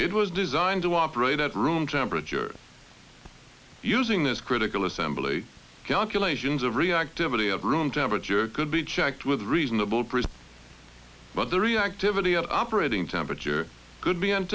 it was designed to operate at room temperature using this critical assembly calculations of reactivity of room temperature could be checked with a reasonable person but the reactivity of operating temperature could be an